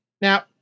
Now